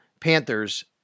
Panthers